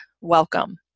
Welcome